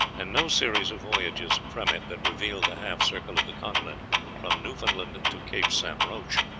and no series of voyages from it that revealed the half-circle of the continent from newfoundland to cape st. roche,